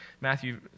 Matthew